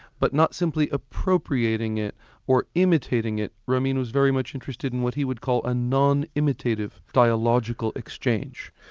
but not simply appropriating it or imitating it. ramin was very much interested in what he would call a non-imitative dialogical exchange.